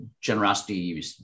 generosity